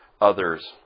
others